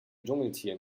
dschungeltier